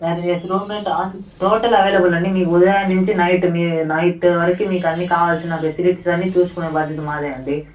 room rent and total available అండి మీకు ఉదయాన్నుంచి నైట్ మీ నైట్ వరకి మీకన్ని కావల్సిన ఫెసిలిటీస్ అన్నీ చూసుకునే భాద్యత మాదే అండి